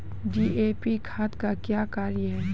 DAP खाद का क्या कार्य हैं?